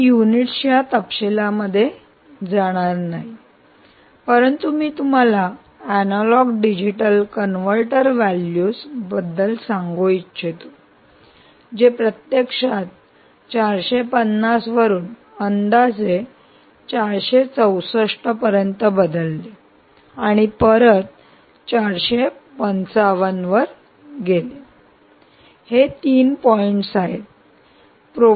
मी युनिट्सच्या तपशीलामध्येसुद्धा जाणार नाही परंतु मी तुम्हाला एनालॉग डिजिटल कनव्हर्टर व्हॅल्यूज बद्दल सांगू इच्छितो जे प्रत्यक्षात 450 वरून अंदाजे 464 पर्यंत बदलले आणि परत 455 वर गेले हे 3 पॉईंट्स आहेत